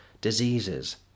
diseases